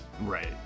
Right